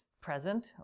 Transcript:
present